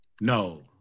No